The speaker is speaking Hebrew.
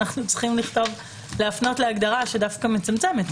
אנחנו צריכים להפנות להגדרה שדווקא מצמצמת?